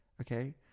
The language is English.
okay